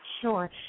Sure